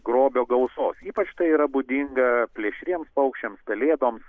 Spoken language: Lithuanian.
grobio gausos ypač tai yra būdinga plėšriems paukščiams pelėdoms